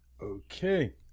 Okay